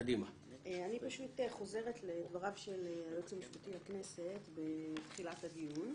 אני חוזרת לדבריו של היועץ המשפטי לכנסת בתחילת הדיון,